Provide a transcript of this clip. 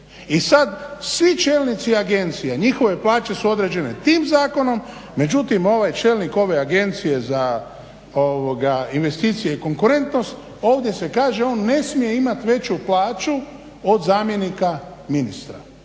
i sad svi čelnici agencija, njihove plaće su određene tim zakonom, međutim ovaj čelnik ove agencije za investicije i konkurentnost ovdje se kaže on ne smije imati veću plaću od zamjenika ministra